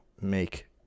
make